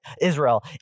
Israel